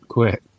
Quit